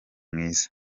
mwiza